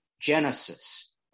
genesis